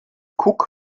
guck